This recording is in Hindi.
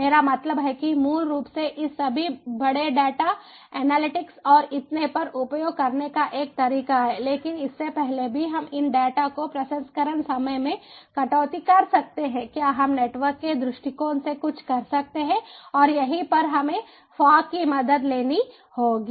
मेरा मतलब है कि मूल रूप से इन सभी बड़े डेटा एनालिटिक्स और इतने पर उपयोग करने का एक तरीका है लेकिन इससे पहले भी हम इन डेटा के प्रसंस्करण समय में कटौती कर सकते हैं क्या हम नेटवर्क के दृष्टिकोण से कुछ कर सकते हैं और यहीं पर हमें फॉग की मदद लेनी होगी